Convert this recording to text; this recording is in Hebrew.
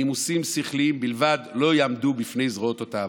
ונימוסים השכליים" בלבד "לא יעמדו בפני זרועות התאווה".